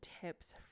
tips